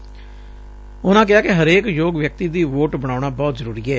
ਉਨ੍ਪਾ ਕਿਹਾ ਕਿ ਹਰੇਕ ਯੋਗ ਵਿਅਕਤੀ ਦੀ ਵੋਟ ਬਣਾਉਣਾ ਬਹੁਤ ਜ਼ਰੂਰੀ ਏ